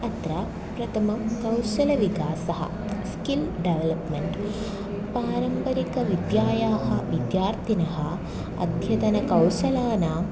अत्र प्रथमं कौशलविकासः स्किल् डेवलप्मेण्ट् पारम्परिकविद्यायाः विद्यार्थिनः अद्यतनकौशलानां